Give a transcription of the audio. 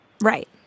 Right